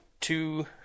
two